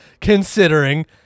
considering